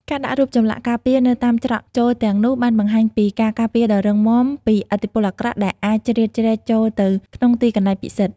ការដាក់រូបចម្លាក់ការពារនៅតាមច្រកចូលទាំងនោះបានបង្ហាញពីការការពារដ៏រឹងមាំពីឥទ្ធិពលអាក្រក់ដែលអាចជ្រៀតជ្រែកចូលទៅក្នុងទីកន្លែងពិសិដ្ឋ។